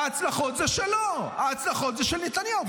ההצלחות זה שלו, ההצלחות זה של נתניהו.